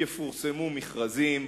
יפורסמו מכרזים,